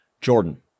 Jordan